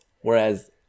Whereas